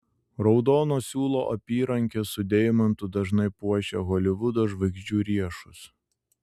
raudono siūlo apyrankė su deimantu dažnai puošia holivudo žvaigždžių riešus